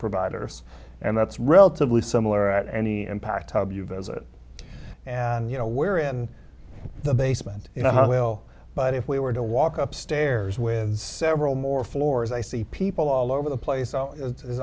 providers and that's relatively similar at any impact how you visit and you know where in the basement you know well but if we were to walk up stairs with several more floors i see people all over the place